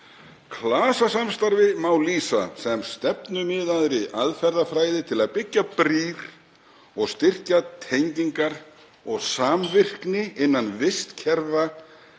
„Klasasamstarfi má lýsa sem stefnumiðaðri aðferðafræði til að byggja brýr og styrkja tengingar og samvirkni innan vistkerfa